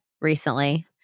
recently